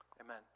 Amen